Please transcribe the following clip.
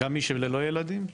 גם מי שללא ילדים?